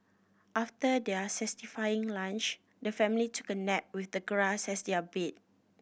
after their lunch the family took a nap with the grass as their bed